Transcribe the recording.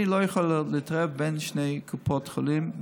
אני לא יכול להתערב בין שתי קופות חולים,